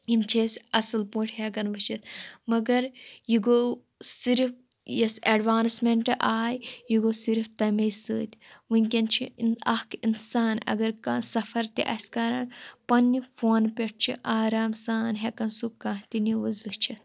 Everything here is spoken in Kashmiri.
یِم چھِ أسۍ اَصٕل پٲٹھۍ ہٮ۪کان وٕچھِتھ مگر یہِ گوٚو صِرف یُس اٮ۪ڈوانٕسمٮ۪نٛٹ آے یہِ گوٚو صِرف تَمے سۭتۍ وٕنۍکٮ۪ن چھِ اِن اَکھ اِنسان اگر کانٛہہ صَفر تہِ آسہِ کَران پنٛنہِ فونہٕ پٮ۪ٹھ چھِ آرام سان ہٮ۪کان سُہ کانٛہہ تہِ نِوٕز وٕچھِتھ